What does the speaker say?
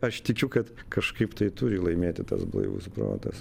aš tikiu kad kažkaip tai turi laimėti tas blaivus protas